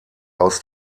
aus